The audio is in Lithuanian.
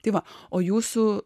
tai va o jūsų